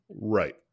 right